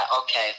okay